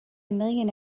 million